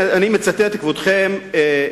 כבודכם,